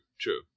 true